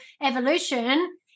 evolution